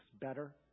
better